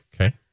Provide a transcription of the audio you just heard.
Okay